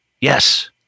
Yes